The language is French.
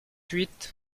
huit